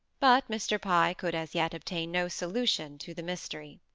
but mr. pye could as yet obtain no solution to the mystery.